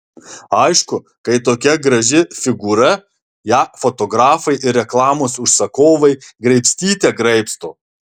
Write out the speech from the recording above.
aišku kai tokia graži figūra ją fotografai ir reklamos užsakovai graibstyte graibsto